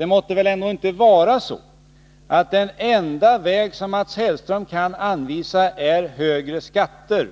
Det måtte väl ändå inte vara så att den enda väg som Mats Hellström kan anvisa är högre skatter,